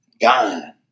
gone